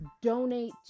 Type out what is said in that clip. donate